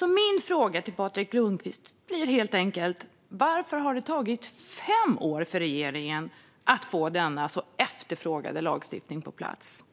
Min fråga till Patrik Lundqvist blir därför helt enkelt: Varför har det tagit fem år för regeringen att få denna så efterfrågade lagstiftning på plats?